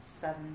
seven